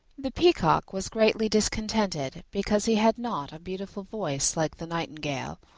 the peacock was greatly discontented because he had not a beautiful voice like the nightingale,